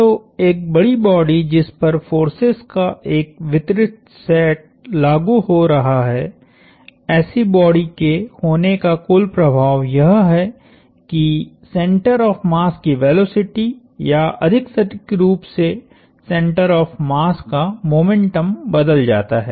तो एक बड़ी बॉडी जिस पर फोर्सेस का एक वितरित सेट लागु हो रहा है ऐसी बॉडी के होने का कुल प्रभाव यह है कि सेंटर ऑफ़ मास की वेलोसिटी या अधिक सटीक रूप से सेंटर ऑफ़ मास का मोमेंटम बदल जाता है